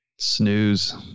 Snooze